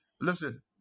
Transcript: Listen